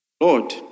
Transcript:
Lord